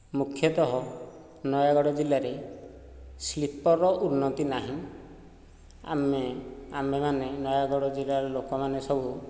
ମୁଖ୍ୟତଃ ନୟାଗଡ଼ ଜିଲ୍ଲାରେ ଶିଳ୍ପର ଉନ୍ନତି ନାହିଁ ଆମେ ଆମେମାନେ ନୟାଗଡ଼ ଜିଲ୍ଲାର ଲୋକମାନେ ସବୁ